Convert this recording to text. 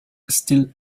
still